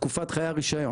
תקופת חיי הרישיון.